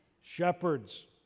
Shepherds